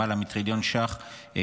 למעלה מטריליון שקלים,